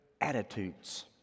attitudes